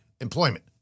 Employment